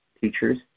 teachers